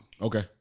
Okay